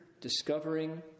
Discovering